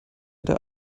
der